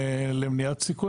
למניעת סיכון,